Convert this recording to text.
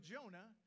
Jonah